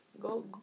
Go